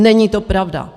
Není to pravda!